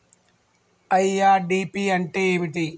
IRDP అంటే ఏమిటి?